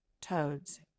toads